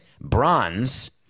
bronze